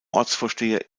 ortsvorsteher